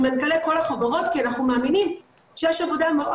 מנכ"לי כל החברות כי אנחנו מאמינים שיש עבודה מאוד